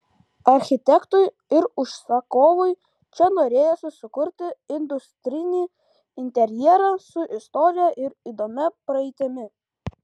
architektui ir užsakovui čia norėjosi sukurti industrinį interjerą su istorija ir įdomia praeitimi